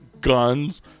guns